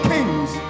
Kings